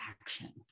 action